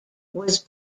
was